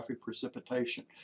precipitation